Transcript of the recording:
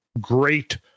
great